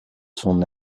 son